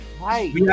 Right